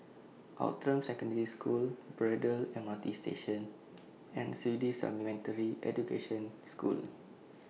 Outram Secondary School Braddell M R T Station and Swedish Supplementary Education School